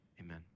amen